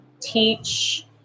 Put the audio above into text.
teach